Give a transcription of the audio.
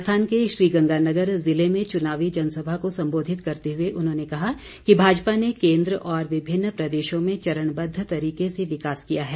राजस्थान के श्रीगंगानगर जिले में चुनावी जनसभा को संबोधित करते हुए उन्होंने कहा कि भाजपा ने केन्द्र और विभिन्न प्रदेशों में चरणबद्व तरीके से विकास किया है